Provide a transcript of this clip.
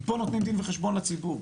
כי פה נותנים דין וחשבון לציבור,